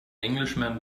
englishman